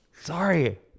Sorry